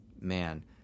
man